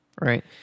right